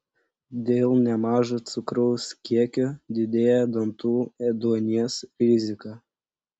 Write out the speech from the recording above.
dėl nemažo cukraus kiekio didėja dantų ėduonies rizika